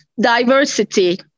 diversity